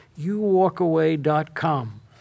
youwalkaway.com